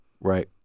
right